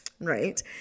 Right